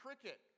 cricket